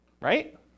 right